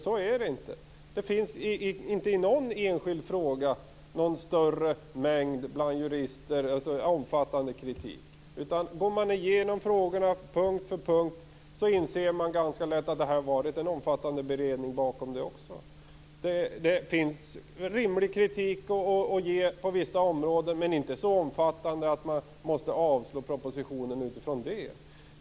Så är det inte. Det finns inte någon omfattande kritik bland jurister. Vid en genomgång av frågorna punkt för punkt, inser man att det har varit en omfattande beredning. Det finns rimlig kritik att ge på vissa områden, men inte så omfattande att det motiverar att avslå propositionen.